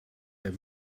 der